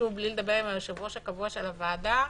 בלי לדבר עם היושב-ראש הקבוע של הוועדה,